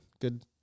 Good